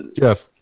Jeff